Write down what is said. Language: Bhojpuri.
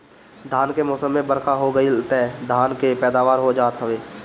धान के मौसम में बरखा हो गईल तअ धान के पैदावार हो जात हवे